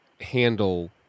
handle